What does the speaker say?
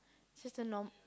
it's just a norm~